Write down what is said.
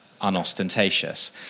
unostentatious